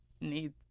need